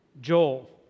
Joel